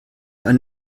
eine